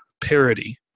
parody